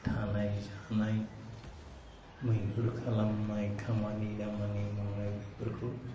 थानाय जानाय मैहुर खालामनाय खामानि दामानि मावनाय बेफोरखौ